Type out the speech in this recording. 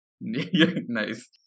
Nice